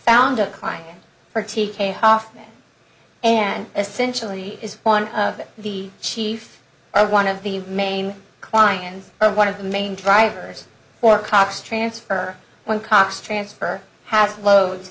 found a client for t k hofmann and essentially is one of the chief i one of the main clients and one of the main drivers for cox transfer when cox transfer has load